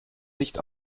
nicht